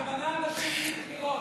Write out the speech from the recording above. את ממנה אנשים בלי בחירות,